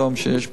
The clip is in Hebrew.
שיש בעיה,